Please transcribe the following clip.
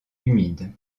humides